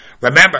Remember